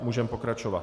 Můžeme pokračovat.